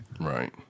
Right